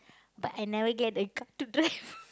but I never get a car to drive